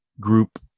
group